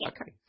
Okay